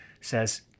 says